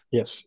Yes